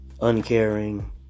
Uncaring